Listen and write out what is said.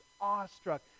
awestruck